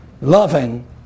loving